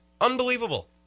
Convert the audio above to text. Unbelievable